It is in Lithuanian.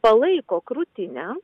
palaiko krūtinę